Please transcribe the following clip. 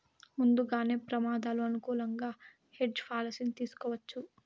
ముందుగానే ప్రమాదాలు అనుకూలంగా హెడ్జ్ పాలసీని తీసుకోవచ్చు